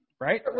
right